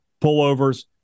pullovers